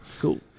Cool